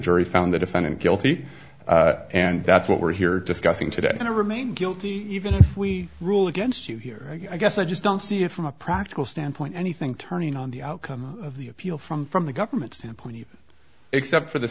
jury found the defendant guilty and that's what we're here discussing today to remain guilty even if we rule against you here i guess i just don't see it from a practical standpoint anything turning on the outcome of the appeal from from the government standpoint except for the